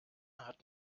hat